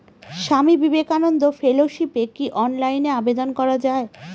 স্বামী বিবেকানন্দ ফেলোশিপে কি অনলাইনে আবেদন করা য়ায়?